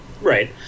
Right